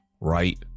right